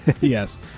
Yes